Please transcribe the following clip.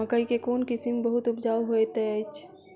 मकई केँ कोण किसिम बहुत उपजाउ होए तऽ अछि?